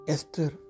Esther